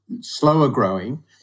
slower-growing